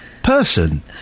Person